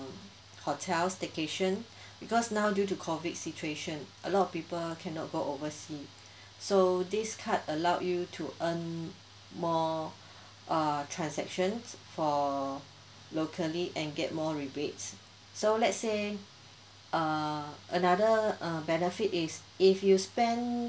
hotel staycation because now due to COVID situation a lot of people cannot go oversea so this card allow you to earn more uh transactions for locally and get more rebates so let's say uh another uh benefit is if you spend